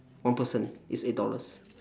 one person is eight dollars